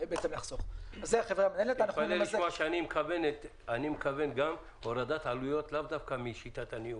תתפלא לשמוע שאני מכוון גם להורדת עלויות לאו דווקא משיטת הניהול.